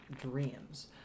Dreams